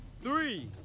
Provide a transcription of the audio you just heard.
Three